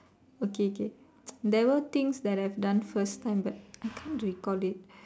okay k there were things that I've done first time I can't recall it